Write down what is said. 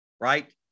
right